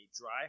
dry